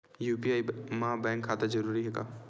UPI मा bank खाता जरूरी हे?